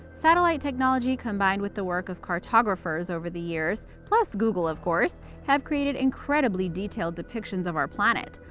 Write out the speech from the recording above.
satellite technology combined with the work of cartographers over the years, plus google of course, have created incredibly detailed depictions of our planet.